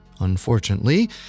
Unfortunately